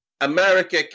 america